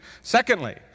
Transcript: Secondly